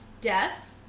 death